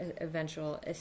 eventual